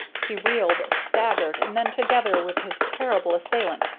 he reeled, staggered, and then, together with his terrible assailant,